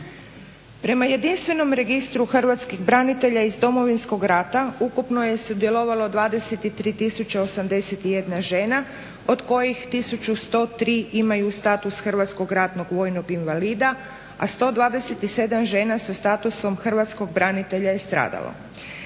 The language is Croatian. Prema jedinstvenom registru hrvatskih branitelja iz Domovinskog rata, ukupno je sudjelovalo 23 081 žena, od kojih 1103 imaju status hrvatskog ratnog vojnog invalida, a 127 žena sa statusom hrvatskog branitelja je stradalo.